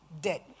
dead